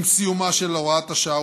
עם סיומה של הוראת השעה,